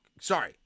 Sorry